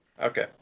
Okay